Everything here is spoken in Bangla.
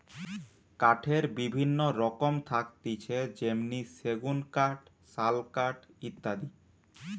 কাঠের বিভিন্ন রকম থাকতিছে যেমনি সেগুন কাঠ, শাল কাঠ ইত্যাদি